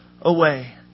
away